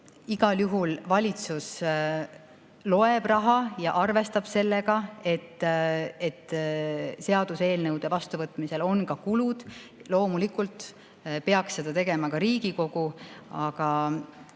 igal juhul valitsus loeb raha ja arvestab sellega, et seaduseelnõude vastuvõtmisel on ka kulud. Loomulikult peaks seda tegema ka Riigikogu, aga